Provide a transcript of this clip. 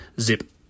Zip